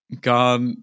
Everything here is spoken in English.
God